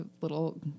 little